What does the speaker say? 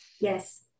Yes